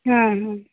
ಹಾಂ ಹಾಂ